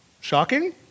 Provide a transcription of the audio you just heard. shocking